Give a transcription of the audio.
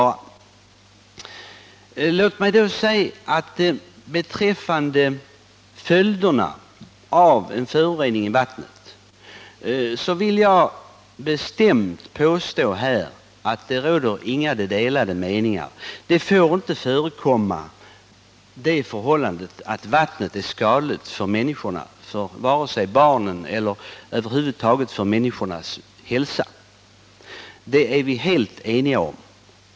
Beträffande följderna av en förorening av vattnet vill jag bestämt påstå att det inte råder några delade meningar. Det får inte förekomma att vattnet är skadligt för människor — vare sig för barn eller för andra människor. Det är vi helt ense om.